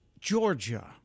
Georgia